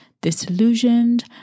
disillusioned